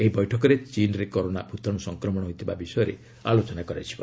ଏହି ବୈଠକରେ ଚୀନ୍ରେ କରୋନା ଭୂତାଣୁ ସଂକ୍ରମଣ ହୋଇଥିବା ବିଷୟରେ ଆଲୋଚନା ହେବ